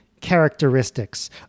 characteristics